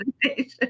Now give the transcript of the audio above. presentation